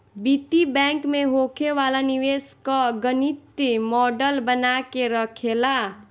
वित्तीय बैंक में होखे वाला निवेश कअ गणितीय मॉडल बना के रखेला